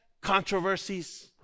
controversies